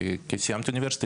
כי סיימתי אוניברסיטה,